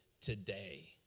today